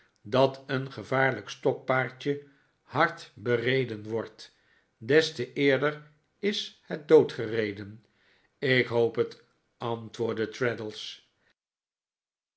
dat een gevaarlijk stokpaardje hard bereden wordt des te eerder is het doodgereden ik hoop het antwoordde